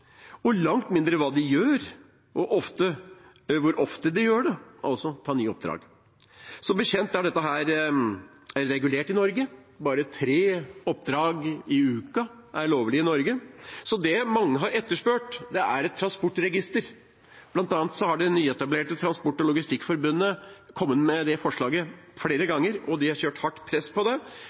og langt mindre hva de gjør, og hvor ofte de tar nye oppdrag. Som bekjent er dette regulert i Norge. Bare tre oppdrag i uka er lovlig i Norge. Så det mange har etterspurt, er et transportregister. Blant annet har det nyetablerte Transport- og logistikkforbundet kommet med det forslaget flere ganger, og de har kjørt hardt press på det.